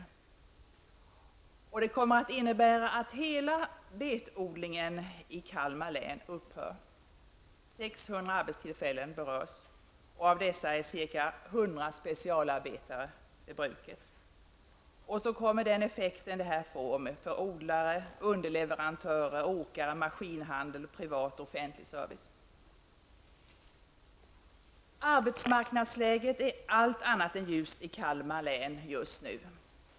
En nedläggning av bruket kommer också att innebära att hela sockerbetsodlingen i Kalmar län upphör. 600 arbetstillfällen berörs. Av dessa är ca 100 specialarbetare vid bruket. Därtill kommer effekter för odlare, underleverantörer, åkare, maskinhandeln samt privat och offentlig service. Arbetsmarknadsläget är allt annat än ljust i Kalmar län just nu.